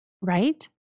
Right